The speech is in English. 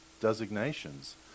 designations